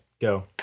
Go